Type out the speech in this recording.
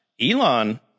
Elon